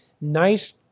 nice